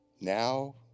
now